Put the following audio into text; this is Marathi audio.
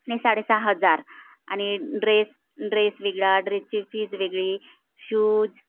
आणि साडेसहा हजार आणि ड्रेस ड्रेस वेगळा ड्रेसची फीज वेगळी शूज